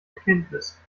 erkenntnis